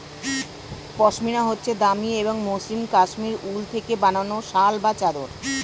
পশমিনা হচ্ছে দামি এবং মসৃন কাশ্মীরি উল থেকে বানানো শাল বা চাদর